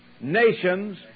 nations